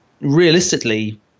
realistically